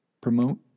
promote